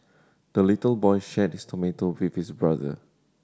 the little boy shared his tomato with his brother